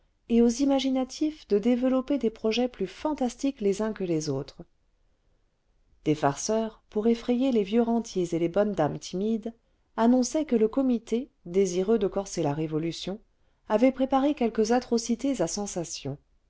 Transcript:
et aux imagïnatifs de développer des projets plus fantastiques les uns que les autres des farceurs pour effrayer les vieux rentiers et les bonnes dames timides annonçaient que le comité désireux de corser la révolution avait préparé quelques atrocités à sensation